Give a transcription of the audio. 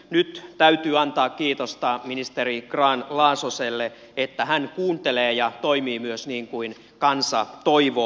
nyt täytyy antaa kiitosta ministeri grahn laasoselle että hän kuuntelee ja toimii myös niin kuin kansa toivoo